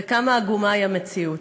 וכמה עגומה היא המציאות.